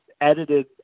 edited